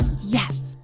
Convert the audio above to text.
Yes